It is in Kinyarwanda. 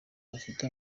bafite